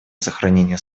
сохранения